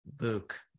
Luke